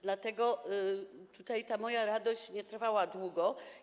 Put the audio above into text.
Dlatego tutaj ta moja radość nie trwała długo.